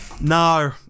No